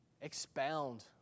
expound